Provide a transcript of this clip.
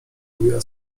mówiła